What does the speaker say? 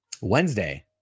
Wednesday